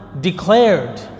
Declared